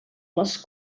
les